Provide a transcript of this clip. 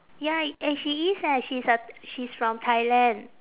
ya uh she is eh she's a she's from thailand